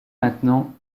maintenant